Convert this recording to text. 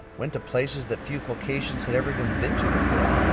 went to places that few caucasians had ever been been to before.